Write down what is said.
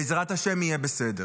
בעזרת השם, יהיה בסדר.